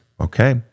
Okay